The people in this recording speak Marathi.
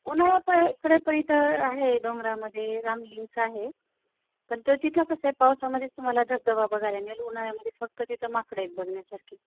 उन्हाळ्यात काय आहे इकडे पहिल तर आहे डोंगरामध्ये रामलिंगचं आहे पण त जिथं कसं आहे पावसाळ्यामध्येच तुम्हाला धबधबा बघायला मिळेल उन्हाळ्यामध्ये फक्त तिथं माकडं आहेत बघण्यासारखी